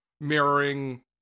mirroring